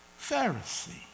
Pharisee